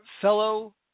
fellow